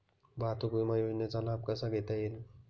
वाहतूक विमा योजनेचा लाभ कसा घेता येईल?